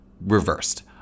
Reversed